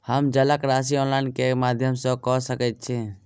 हम जलक राशि ऑनलाइन केँ माध्यम सँ कऽ सकैत छी?